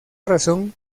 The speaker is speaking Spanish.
razón